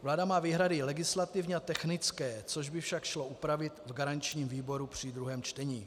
Vláda má výhrady i legislativně technické, což by však šlo upravit v garančním výboru při druhém čtení.